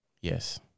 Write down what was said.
Yes